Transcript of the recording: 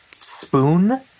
spoon